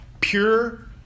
Pure